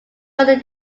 further